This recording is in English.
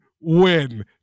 win